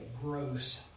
gross